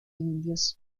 indios